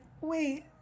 wait